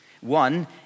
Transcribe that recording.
One